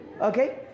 okay